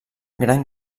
gran